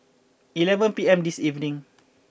eleven P M this evening